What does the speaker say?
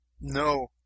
No